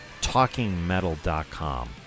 talkingmetal.com